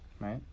right